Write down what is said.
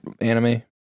Anime